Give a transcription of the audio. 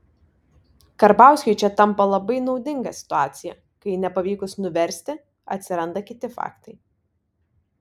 karbauskiui čia tampa labai naudinga situacija kai nepavykus nuversti atsiranda kiti faktai